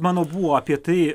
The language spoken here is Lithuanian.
mano buvo apie tai